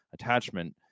attachment